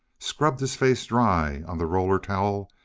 scrubbed his face dry on the roller towel,